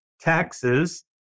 taxes